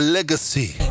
legacy